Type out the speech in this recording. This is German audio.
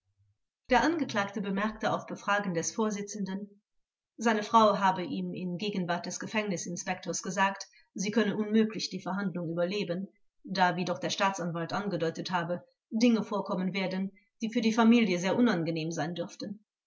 der angeklagte bemerkte auf befragen des vorsitzenden seine frau habe ihm in gegenwart des gefängnisinspektors gesagt sie könne unmöglich die verhandlung überleben da wie doch der staatsanwalt angedeutet habe dinge vorkommen werden die für die familie sehr unangenehm sein dürften